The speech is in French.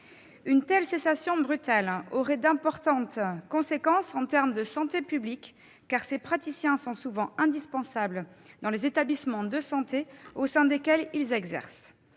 Une telle cessation brutale aurait d'importantes conséquences en termes de santé publique, car ces praticiens sont souvent indispensables dans les établissements de santé au sein desquels ils exercent.